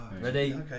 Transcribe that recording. Ready